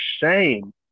shame